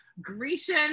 Grecian